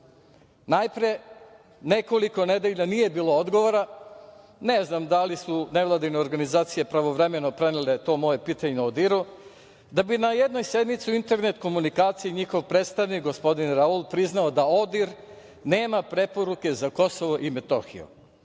nekoliko nedelja nije bilo odgovora, ne znam da li su nevladine organizacije pravovremeno prenele to moje pitanje ODIHR-u, da bi na jednoj sednici u internet komunikaciji njihov predstavnik, gospodin Raul priznao da ODIHR nema preporuke za KiM.